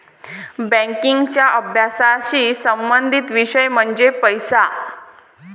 बँकिंगच्या अभ्यासाशी संबंधित विषय म्हणजे पैसा